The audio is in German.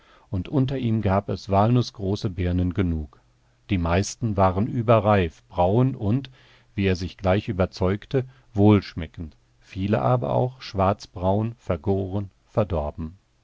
und unter ihm gab es walnußgroße birnen genug die meisten waren überreif braun und wie er sich gleich überzeugte wohlschmeckend viele aber schwarzbraun vergoren verdorben